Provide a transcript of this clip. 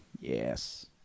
Yes